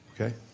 Okay